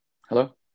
Hello